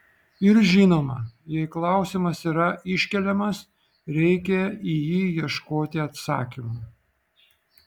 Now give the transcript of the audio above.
ir žinoma jei klausimas yra iškeliamas reikia į jį ieškoti atsakymo